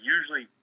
Usually